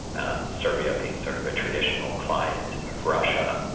and serbia being sort of a traditional client of russia,